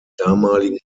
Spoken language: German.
damaligen